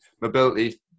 mobility